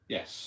Yes